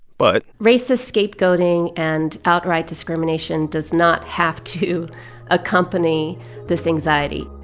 but. racist scapegoating and outright discrimination does not have to accompany this anxiety.